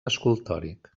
escultòric